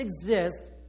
exist